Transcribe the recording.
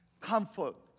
Comfort